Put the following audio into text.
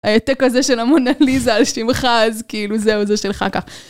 העתק הזה של המונה ליזה על שימך, אז כאילו זהו, זה שלך, ככה.